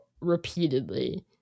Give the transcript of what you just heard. repeatedly